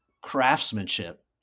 craftsmanship